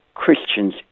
christians